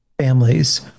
families